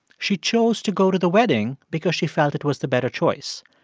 she chose to go to the wedding because she felt it was the better choice.